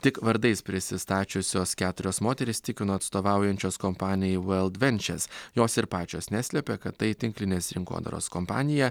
tik vardais prisistačiusios keturios moterys tikino atstovaujančios kompanijai vaildvenčes jos ir pačios neslėpė kad tai tinklinės rinkodaros kompanija